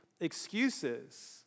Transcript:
excuses